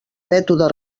mètode